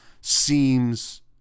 seems